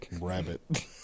rabbit